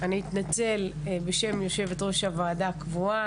אני אתנצל בשם יושבת ראש הוועדה הקבועה,